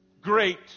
great